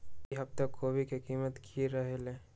ई सप्ताह कोवी के कीमत की रहलै?